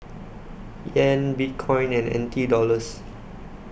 Yen Bitcoin and N T Dollars